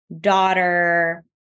daughter